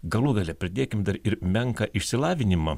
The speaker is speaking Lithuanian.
galų gale pridėkim dar ir menką išsilavinimą